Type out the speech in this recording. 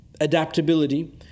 adaptability